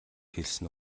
хэлсэн